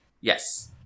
Yes